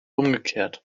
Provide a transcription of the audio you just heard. umgekehrt